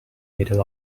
middle